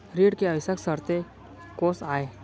ऋण के आवश्यक शर्तें कोस आय?